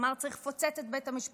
הוא אמר: צריך לפוצץ את בית המשפט,